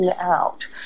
out